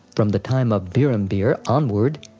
from the time of birhambir onward,